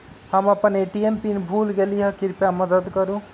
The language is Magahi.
हम अपन ए.टी.एम पीन भूल गेली ह, कृपया मदत करू